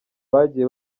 bagiye